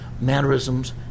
mannerisms